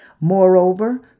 Moreover